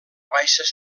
baixes